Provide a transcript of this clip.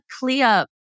clear